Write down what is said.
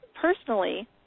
personally